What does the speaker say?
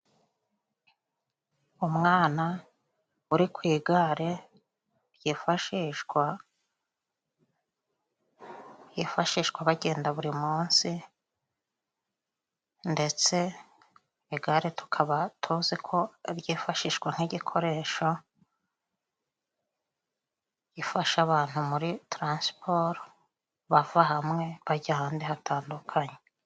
Umwana uri ku igare ryifashishwa hifashishwa bagenda buri munsi, ndetse igare tukaba tuzi ko ryifashishwa nk'igikoresho gifasha abantu muri tiransiporo, bava hamwe bajya ahandi hatandukanye.